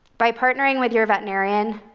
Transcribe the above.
by partnering with your veterinarian,